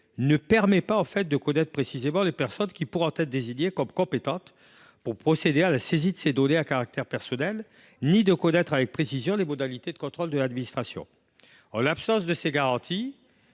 ne permet pas de connaître précisément les personnes qui pourront être désignées comme compétentes pour procéder à la saisie de ces données à caractère personnel ni de connaître avec précision les modalités de contrôle de l’administration. En l’absence de ces garanties,